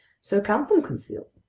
so count them, conseil.